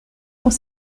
pour